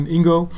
Ingo